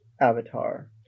Avatar